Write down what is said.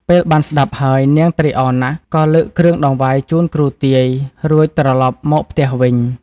ពេលបានស្តាប់ហើយ នាងត្រេកអរណាស់ ក៏លើកគ្រឿងតង្វាយជូនគ្រូទាយ រួចត្រឡប់មកផ្ទះវិញ ។